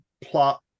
plot